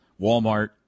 Walmart